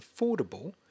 affordable